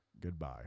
Goodbye